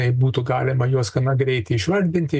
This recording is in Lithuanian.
jei būtų galima juos gana greitai išvardinti